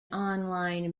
online